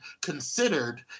considered